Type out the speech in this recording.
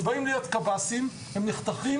הם באים להיות קב"סים, הם נחתכים,